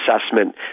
assessment